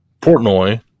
Portnoy